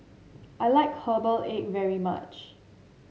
I like Herbal Egg very much